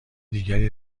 دیگری